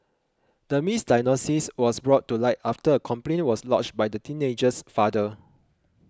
the misdiagnosis was brought to light after a complaint was lodged by the teenager's father